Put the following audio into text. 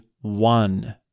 one